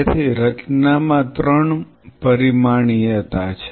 તેથી રચનામાં 3 પરિમાણીયતા છે